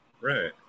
right